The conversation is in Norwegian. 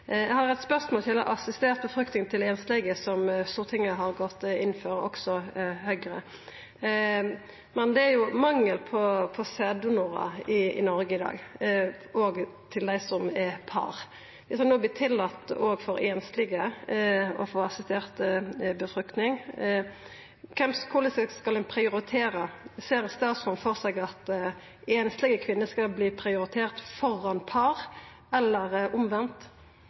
Eg har eit spørsmål som gjeld assistert befruktning til einslege, som Stortinget har gått inn for, Høgre også. Det er mangel på sæddonorar i Noreg i dag, også til par. Viss det no vert tillate òg for einslege å få assistert befruktning, korleis skal ein da prioritera? Ser statsråden for seg at einslege kvinner skal verta prioriterte framfor par, eller omvendt,